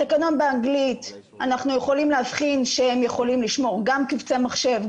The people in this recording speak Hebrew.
בתקנון באנגלית אנחנו יכולים להבחין שהם יכולים לשמור גם קובצי מחשב,